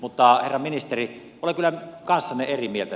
mutta herra ministeri olen kyllä kanssanne eri mieltä